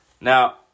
now